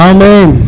Amen